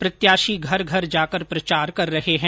प्रत्याशी घर घर जाकर प्रचार कर रहे हैं